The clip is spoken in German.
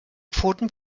pfoten